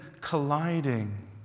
colliding